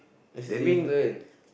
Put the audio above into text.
is different